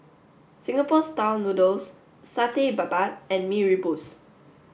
Singapore style noodles Satay Babat and Mee Rebus